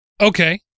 Okay